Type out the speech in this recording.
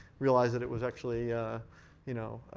realized that it was actually you know